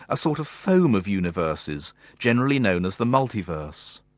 a sort of foam of universes generally known as the multiverse.